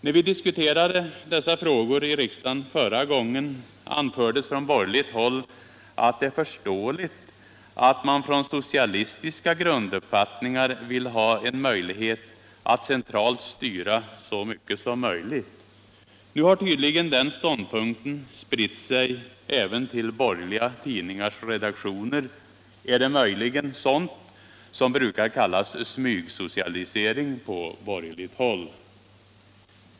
När vi diskuterade dessa frågor i riksdagen förra gången anfördes från borgerligt håll att det är förståeligt att man från socialistiska grunduppfattningar vill ha en möjlighet att centralt styra så mycket som möjligt. Nu har tydligen den ståndpunkten spritt sig även till borgerliga tidningars redaktioner. Är det möjligen sådant som brukar kallas smygsocialisering på borgerligt håll?